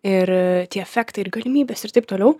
ir tie efektai ir galimybės ir taip toliau